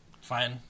Fine